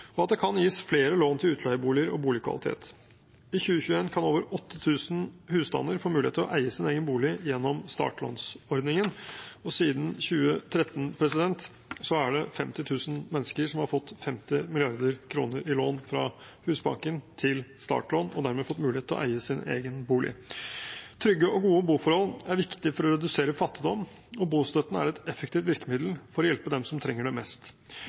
og at det kan det gis flere lån til utleieboliger og boligkvalitet. I 2021 kan over 8 000 husstander få mulighet til å eie sin egen bolig gjennom startlånsordningen. Siden 2013 er det 50 000 mennesker som har fått 50 mrd. kr i lån fra Husbanken til startlån og dermed mulighet til å eie sin egen bolig. Trygge og gode boforhold er viktig for å redusere fattigdom, og bostøtten er et effektivt virkemiddel for å hjelpe dem som trenger det mest.